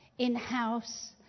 in-house